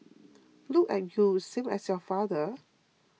look at you same as your father